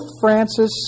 Francis